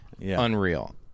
unreal